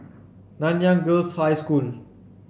Nanyang Girls' High School